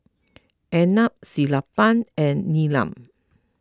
Arnab Sellapan and Neelam